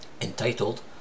entitled